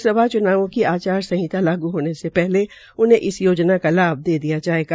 लोकसभा च्नावों की आचार संहिता लागू होने से पहले उन्हें इस योजना का लाभ दिया जायेगा